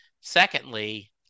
Secondly